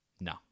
No